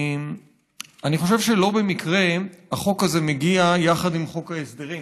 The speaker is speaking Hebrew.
אני חושב שלא במקרה החוק הזה מגיע יחד עם חוק ההסדרים,